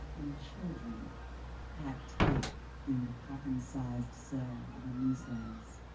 and children packed tight in the coffin-sized cell of a new status,